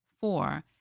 Four